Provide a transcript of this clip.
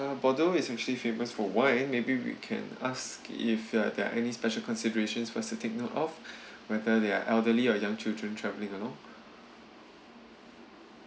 bordeaux is actually famous for wine maybe we can ask if uh there are any special consideration for us to take note of whether there are elderly or young children travelling along